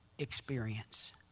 experience